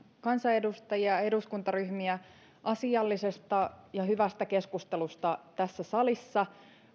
kansanedustajia ja eduskuntaryhmiä asiallisesta ja hyvästä keskustelusta tässä salissa